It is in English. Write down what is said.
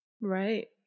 Right